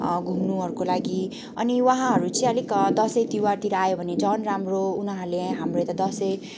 घुम्नुहरूको लागि अनि उहाँहरू चाहिँ अलिक दसैँ तिहारतिर आयो भने झन् राम्रो हो उनीहरूले हाम्रो यता दसैँ